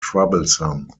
troublesome